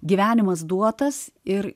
gyvenimas duotas ir